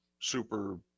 super